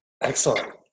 Excellent